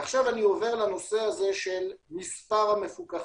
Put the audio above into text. עכשיו אני עובר לנושא של מספר המפוקחים.